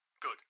good